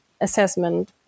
assessment